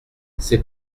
c’est